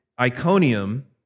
Iconium